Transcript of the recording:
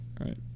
Right